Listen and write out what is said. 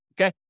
okay